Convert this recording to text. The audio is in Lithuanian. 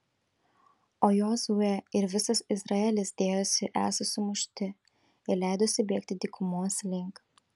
o jozuė ir visas izraelis dėjosi esą sumušti ir leidosi bėgti dykumos link